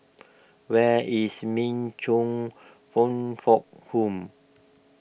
where is Min Chong fong fort Home